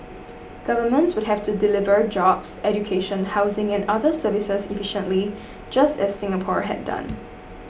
governments would have to deliver jobs education housing and other services efficiently just as Singapore had done